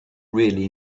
really